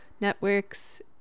networks